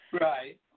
Right